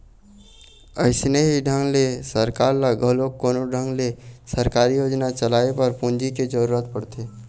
अइसने ही ढंग ले सरकार ल घलोक कोनो ढंग ले सरकारी योजना चलाए बर पूंजी के जरुरत पड़थे